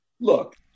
Look